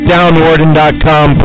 Downwarden.com